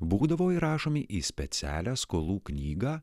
būdavo įrašomi į specialią skolų knygą